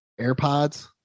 AirPods